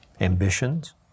ambitions